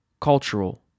cultural